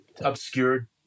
obscured